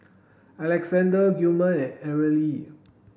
Alexander Gilmer and Arely